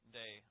day